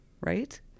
Right